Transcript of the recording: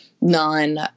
non